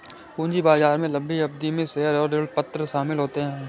पूंजी बाजार में लम्बी अवधि में शेयर और ऋणपत्र शामिल होते है